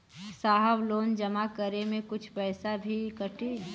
साहब लोन जमा करें में कुछ पैसा भी कटी?